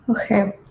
Okay